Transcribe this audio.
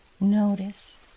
notice